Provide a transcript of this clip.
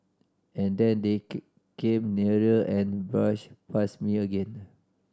and then they came nearer and brush past me again